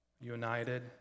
united